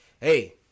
Hey